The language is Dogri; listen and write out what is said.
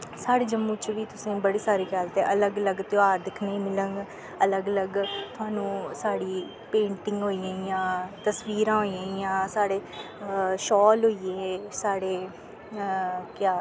साढ़े जम्मू च बी बड़ी सारी गल्ल ते अलग अलग ध्यार दिक्खने मिलगन अलग अलग तुहानूं साढ़ी पेंटिग होई गोईयां तस्वीरां होई गेईयां साढ़े शाल होई गे साढ़े केह्